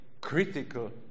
critical